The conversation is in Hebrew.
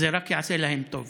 זה רק יעשה להם טוב.